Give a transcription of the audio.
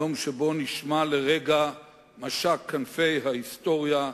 יום שבו נשמע לרגע משק כנפי ההיסטוריה,